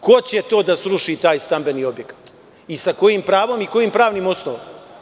Ko će to da sruši, taj stambeni objekat i sa kojim pravom, sa kojim pravnim osnovama?